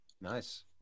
nice